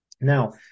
Now